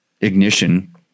ignition